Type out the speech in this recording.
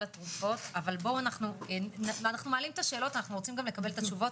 התרופות אנו מעלים את השאלות ורוצים לקבל תשובות.